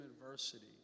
adversity